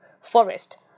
forest